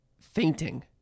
fainting